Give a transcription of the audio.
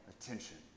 attention